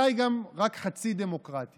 דודי, אתה, חברים, בבקשה.